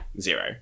zero